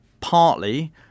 partly